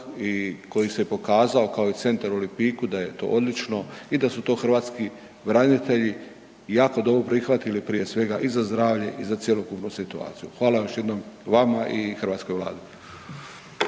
i koji se pokazao kao i centar u Lipiku da je to odlično i da su to hrvatski branitelji jako dobro prihvatili prije svega i zdravlje i za cjelokupnu situaciji. Hvala još jednom vama i hrvatskoj Vladi.